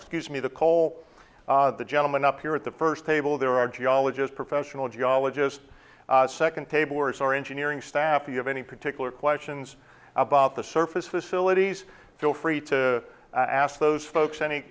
gives me the coal the gentleman up here at the first table there are geologist professional geologist second table wars or engineering staff you have any particular questions about the surface facilities feel free to ask those folks any